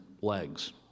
legs